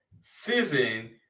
season